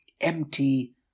Empty